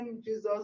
Jesus